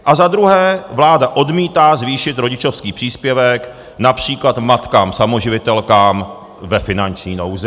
A za druhé, vláda odmítá zvýšit rodičovský příspěvek například matkám samoživitelkám ve finanční nouzi.